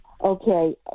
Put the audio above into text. Okay